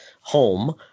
home